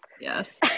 yes